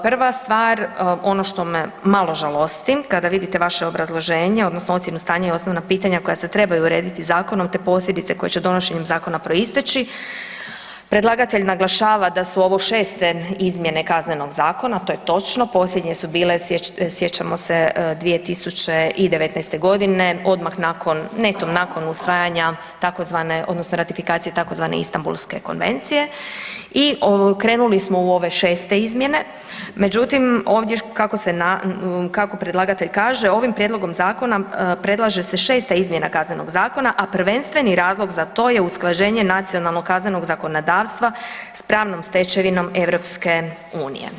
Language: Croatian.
Prva stvar, ono što me malo žalosti, kada vidite vaše obrazloženje, odnosno ocjenu stanja i osnovna pitanja koja se trebaju urediti zakonom te posljedice koje će donošenjem zakona proisteći, predlagatelj naglašava da su ovo 6. izmjene Kaznenog zakona, to je točno, posljednje su bile, sjećamo se, 2019. g., odmah nakon, netom nakon usvajanja tzv. odnosno ratifikacije tzv. Istambulske konvencije i krenuli smo u ove 6. izmjene, međutim, ovdje kako predlagatelj kaže, ovim Prijedlogom zakona predlaže se 6. izmjena Kaznenog zakona, a prvenstveni razlog za to je usklađenje nacionalnog kaznenog zakonodavstva s pravnom stečevinom EU.